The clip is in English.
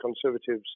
Conservatives